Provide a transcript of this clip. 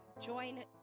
join